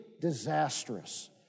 disastrous